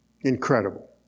Incredible